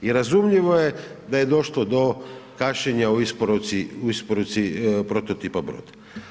I razumljivo je da je došlo do kašnjenja u isporuci prototipa broda.